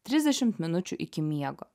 trisdešimt minučių iki miego